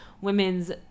women's